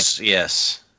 Yes